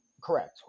Correct